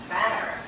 better